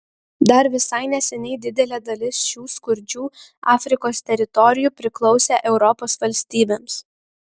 dar visai neseniai didelė dalis šių skurdžių afrikos teritorijų priklausė europos valstybėms